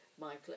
Michael